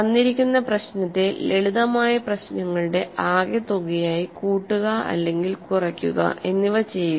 തന്നിരിക്കുന്ന പ്രശ്നത്തെ ലളിതമായ പ്രശ്നങ്ങളുടെ ആകെത്തുകയായി കൂട്ടുക അല്ലെങ്കിൽ കുറയ്ക്കുക എന്നിവ ചെയ്യുക